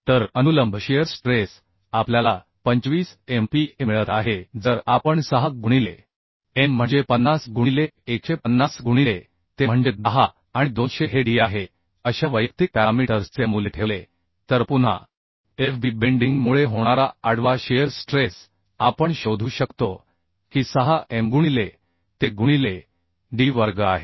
तर अनुलंब shear stress आपल्याला 25 MPa मिळत आहे जर आपण 6 गुणिले M म्हणजे 50 गुणिले 150 गुणिले Te म्हणजे 10 आणि 200 हे D आहे अशा वैयक्तिक पॅरामीटर्सचे मूल्य ठेवले तर पुन्हा FB बेंडिंग मुळे होणारा आडवा शिअर स्ट्रेस आपण शोधू शकतो की 6 Mगुणिले Te गुणिले D वर्ग आहे